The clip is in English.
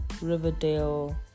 Riverdale